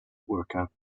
workout